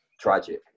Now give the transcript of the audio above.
tragic